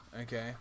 Okay